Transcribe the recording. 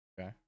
Okay